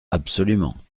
absolument